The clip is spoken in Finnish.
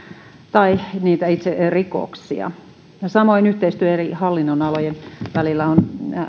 tai itse rikoksia samoin yhteistyö eri hallinnonalojen välillä on